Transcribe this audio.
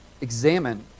examine